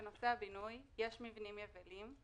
בנושא הבינוי יש מבנים יבילים,